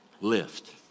lift